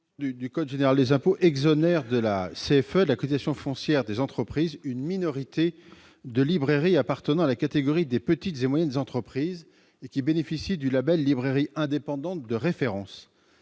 du code général des impôts exonère de la cotisation foncière des entreprises, la CFE, une minorité de librairies appartenant à la catégorie des petites et moyennes entreprises et bénéficiant du label « Librairie indépendante de référence